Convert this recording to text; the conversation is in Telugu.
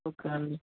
ఓకే అండి